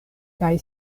kaj